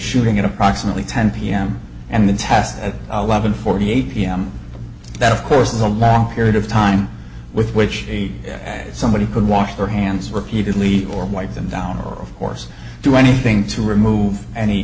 shooting at approximately ten pm and the task at eleven forty eight pm that of course is a long period of time with which somebody could wash their hands repeatedly or wipe them down or of course do anything to remove any